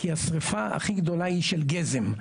כי השריפה הכי גדולה היא של גזם.